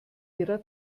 ihrer